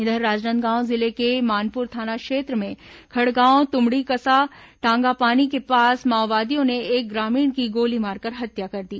इधर राजनांदगांव जिले के मानपुर थाना क्षेत्र में खड़गांव तुमड़ीकसा टांगापानी के पास माओवादियों ने एक ग्रामीण की गोली मारकर हत्या कर दी